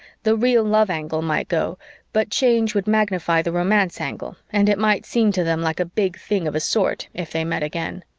the real-love angle might go but change would magnify the romance angle and it might seem to them like a big thing of a sort if they met again.